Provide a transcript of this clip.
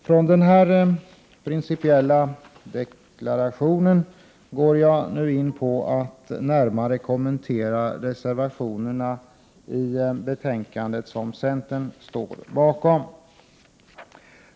Från denna principiella deklaration går jag över till att närmare kommentera de reservationer i betänkandet som centern står bakom.